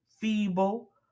feeble